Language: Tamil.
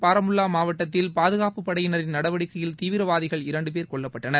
பாரமுல்லா மாவட்டத்தில் பாதுகாப்புப்படையினரின் நடவடிக்கையில் தீவிரவாதிகள் இரண்டு பேர் கொல்லப்பட்டனர்